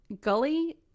gully